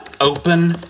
Open